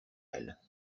elle